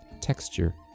texture